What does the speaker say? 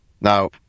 now